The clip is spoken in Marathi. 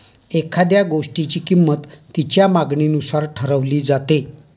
एखाद्या गोष्टीची किंमत तिच्या मागणीनुसार ठरवली जाते